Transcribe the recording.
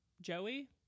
joey